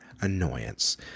annoyance